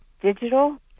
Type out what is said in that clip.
digital